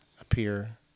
appear